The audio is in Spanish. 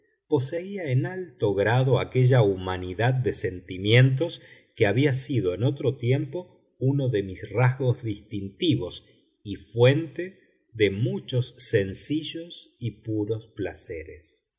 poseía en alto grado aquella humanidad de sentimientos que había sido en otro tiempo uno de mis rasgos distintivos y fuente de muchos sencillos y puros placeres